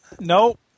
Nope